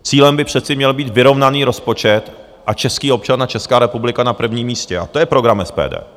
Cílem by přece měl být vyrovnaný rozpočet a český občan a Česká republika na prvním místě, a to je program SPD.